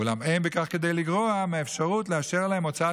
ואולם אין בכך כדי לגרוע מהאפשרות לאשר להם הוצאת